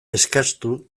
eskastu